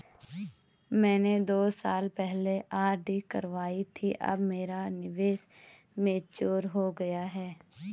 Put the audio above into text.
मैंने दो साल पहले आर.डी करवाई थी अब मेरा निवेश मैच्योर हो गया है